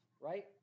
right